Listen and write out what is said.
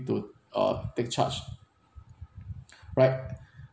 to uh take charge right